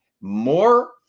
more